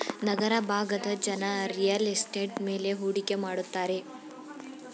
ನಗರ ಭಾಗದ ಜನ real estate ಮೇಲೆ ಹೂಡಿಕೆ ಮಾಡುತ್ತಾರೆ